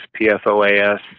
PFOAS